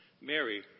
Mary